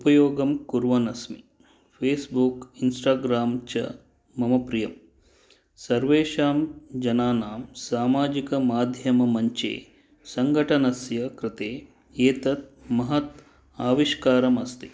उपयोगं कुर्वन् अस्मि फेस्बुक् इन्स्टाग्राम् च मम प्रियम् सर्वेषां जनानां सामाजिकमाध्यममञ्चे सङ्घटनस्य कृते एतत् महत् आविष्कारम् अस्ति